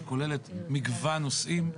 שכוללת מגוון נושאים,